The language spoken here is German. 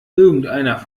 irgendeiner